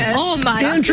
oh my ah